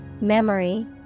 memory